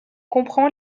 comprend